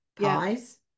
pies